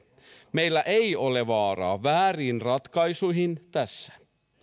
meillä ei ole varaa vääriin ratkaisuihin tässä